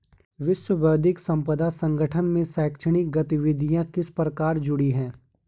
विश्व बौद्धिक संपदा संगठन से शैक्षणिक गतिविधियां किस प्रकार जुड़ी हैं?